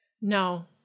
no